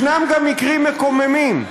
יש גם מקרים מקוממים,